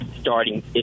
starting